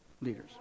leaders